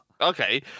Okay